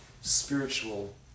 spiritual